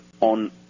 on